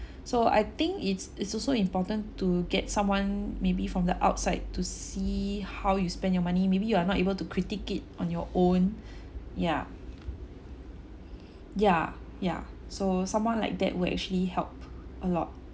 so I think it's it's also important to get someone maybe from the outside to see how you spend your money maybe you are not able to critique it on your own ya ya ya so someone like that will actually help a lot